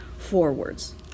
Forwards